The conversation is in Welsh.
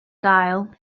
gael